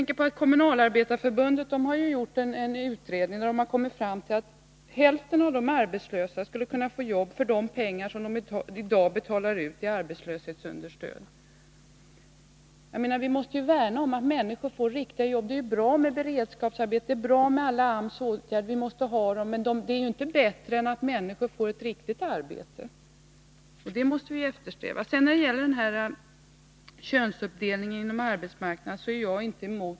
Kommunalarbetareförbundet har i en utredning kommit fram till att hälften av de arbetslösa skulle kunna få jobb för de pengar som i dag betalas ut i arbetslöshetsunderstöd. Vi måste värna om att människor får riktiga jobb. Det är bra att AMS vidtar åtgärder, det är bra att det finns beredskapsarbeten — de måste finnas. Men det är bättre att människor får ett riktigt arbete. Jag är inte på något sätt emot att förändra könsuppdelningen på arbetsmarknaden.